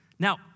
Now